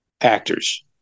actors